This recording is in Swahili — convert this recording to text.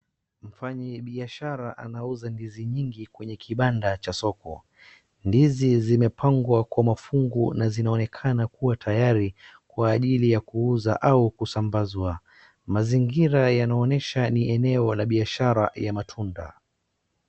Mfanyi biashara anauza ndizi nyingi kwenye kibanda cha soko. Ndizi zimepangwa kwa mafungu na zinaonekana kua tayari kwa ajili ya kuuza au kusambazwa. Mazingira yanaonesha ni eneo la biashara ya matunda.